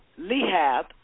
Lehab